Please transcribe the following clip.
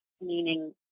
Meaning